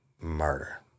murder